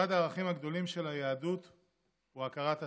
אחד הערכים הגדולים של היהדות הוא הכרת הטוב.